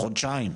חודשיים,